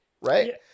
Right